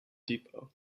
depot